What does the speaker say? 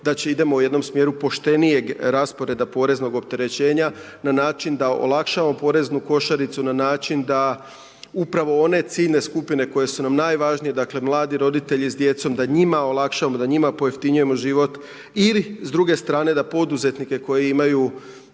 da idemo u jednom smjeru poštenijeg rasporeda poreznog opterećenja na način da olakšamo poreznu košaricu na način da upravo one ciljne skupine koje su nam najvažnije, dakle mladi roditelji s djecom da njima olakšamo, da njima pojeftinjujemo život. I s druge strane da poduzetnike koji imaju